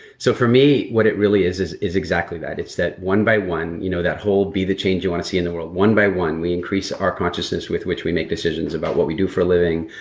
so for me, what it really is is is exactly that, it's that one by one, you know that whole be the change you wanna see in the world. one by one we increase our consciousness with which we make decisions about what we do for a living,